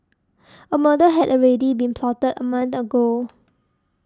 a murder had already been plotted a month ago